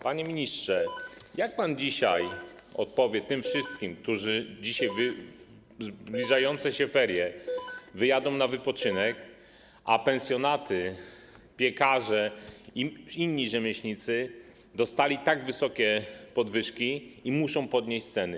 Panie ministrze, jak pan dzisiaj odpowie tym wszystkim, którzy w zbliżające się ferie wyjadą na wypoczynek, a pensjonaty, piekarze i inni rzemieślnicy dostali tak wysokie podwyżki, że muszą podnieść ceny?